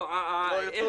לא ירצו